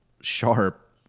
sharp